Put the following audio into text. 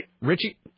richie